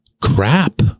crap